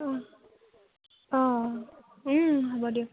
অঁ অঁ হ'ব দিয়ক